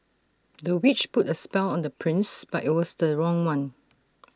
the witch put A spell on the prince but IT was the wrong one